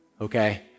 okay